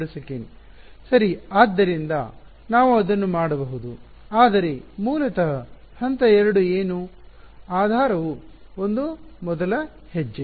ಸರಿ ಆದ್ದರಿಂದ ನಾವು ಅದನ್ನು ಮಾಡಬಹುದು ಆದರೆ ಮೂಲತಃ ಹಂತ 2 ಏನು ಆಧಾರವು ಒಂದು ಮೊದಲ ಹೆಜ್ಜೆ